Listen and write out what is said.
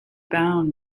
bound